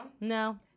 No